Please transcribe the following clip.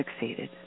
succeeded